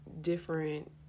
different